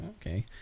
okay